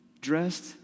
Dressed